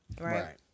right